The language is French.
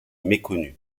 méconnue